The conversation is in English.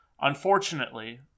Unfortunately